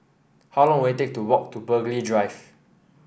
how long will it take to walk to Burghley Drive